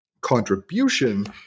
contribution